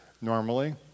normally